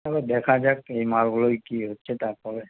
এবার দেখা যাক এই মালগুলোই কি হচ্ছে তারপরে